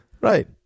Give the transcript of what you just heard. Right